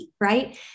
right